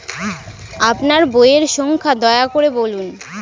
আপনার বইয়ের সংখ্যা দয়া করে বলুন?